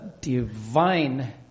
divine